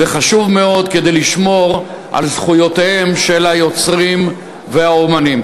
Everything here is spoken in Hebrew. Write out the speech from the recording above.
והוא חשוב מאוד כדי לשמור על זכויותיהם של היוצרים והאמנים.